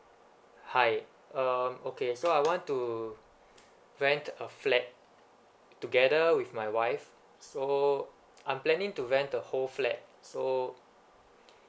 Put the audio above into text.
hi um okay so I want to rent a flat together with my wife so I'm planning to rent the whole flat so